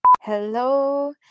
Hello